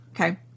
okay